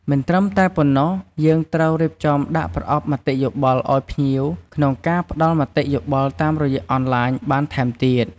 មិនត្រឹមតែប៉ុណ្ណោះ យើងត្រូវរៀបចំដាក់ប្រអប់មតិយោបល់អោយភ្ញៀវក្នុងការផ្តល់មតិយោបល់តាមរយៈអនឡាញបានថែមទៀត។